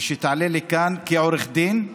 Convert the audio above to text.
ושתעלה לכאן כעורך דין,